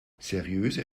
seriöse